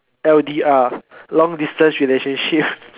L_D_R long distance relationship